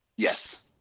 Yes